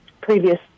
previous